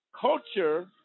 Culture